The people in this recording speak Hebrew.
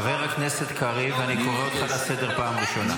חבר הכנסת קריב, אני קורא אותך לסדר בפעם הראשונה.